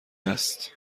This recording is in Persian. است